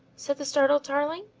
said the startled tarling.